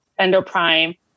Endoprime